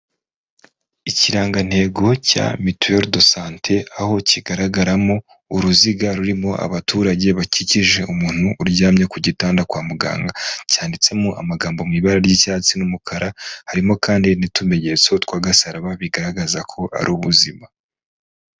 Ikirangantego cya mituelle de sante, aho kigaragaramo uruziga rurimo abaturage bakikije umuntu uryamye ku gitanda kwa muganga, cyanditsemo amagambo mu ibara ry'icyatsi n'umukara, harimo kandi n'utumenyetso tw'agasaraba, bigaragaza ko ari ubuzima.